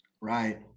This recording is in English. Right